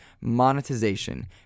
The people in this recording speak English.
monetization